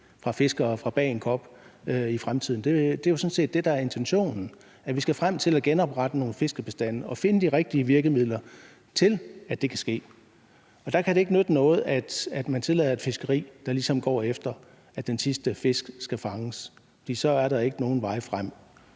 af fiskere fra Bagenkop i fremtiden. Det er jo sådan set det, der er intentionen, nemlig at vi skal frem til at genoprette nogle fiskebestande og finde de rigtige virkemidler til, at det kan ske, og der kan det ikke nytte noget, at man tillader et fiskeri, som går efter, at den sidste fisk skal fanges, for så er der ikke nogen vej frem.